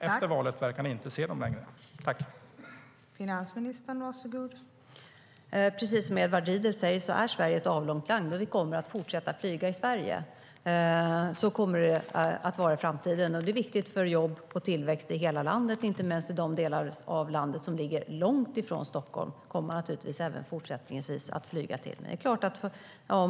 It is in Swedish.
Efter valet verkar ni inte se dem längre, Magdalena Andersson.